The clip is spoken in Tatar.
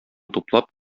туплап